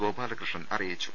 ഗോപാലകൃഷ്ണൻ അറിയിച്ചു